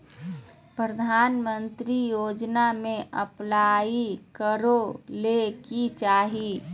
प्रधानमंत्री योजना में अप्लाई करें ले की चाही?